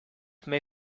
may